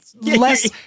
less